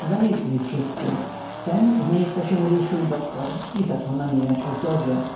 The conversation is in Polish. zamilkli wszyscy w tem z miejsca się ruszył doktor i zaczął namieniać o zgodzie